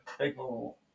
people